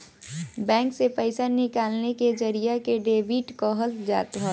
bank से पईसा निकाले के जरिया के डेबिट कहल जात हवे